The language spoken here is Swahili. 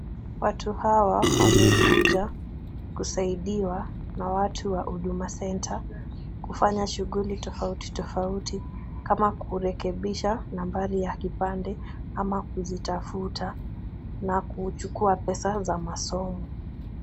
Watu hawa wamekuja kusaidiwa na watu wa Huduma centre kufanya shughuli tofauti tofauti, kama kurekebisha nambari ya kipande ama kuzitafuta na kuchuua pesa za masomo.